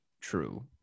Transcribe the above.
True